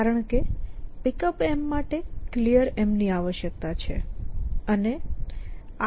કારણ કે Pickup માટે Clear ની આવશ્યકતા છે